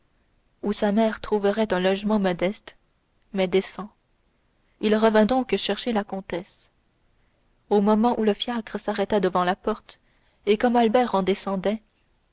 où sa mère trouverait un logement modeste mais décent il revint donc chercher la comtesse au moment où le fiacre s'arrêta devant la porte et comme albert en descendait